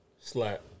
slap